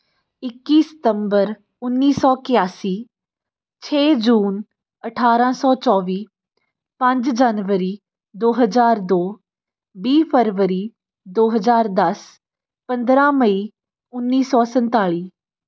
ਇੱਕੀ ਸਤੰਬਰ ਉੱਨੀ ਸੌ ਇਕਾਸੀ ਛੇ ਜੂਨ ਅਠਾਰ੍ਹਾਂ ਸੌ ਚੌਵੀ ਪੰਜ ਜਨਵਰੀ ਦੋ ਹਜ਼ਾਰ ਦੋ ਵੀਹ ਫਰਵਰੀ ਦੋ ਹਜ਼ਾਰ ਦਸ ਪੰਦਰ੍ਹਾਂ ਮਈ ਉੱਨੀ ਸੌ ਸੰਨਤਾਲੀ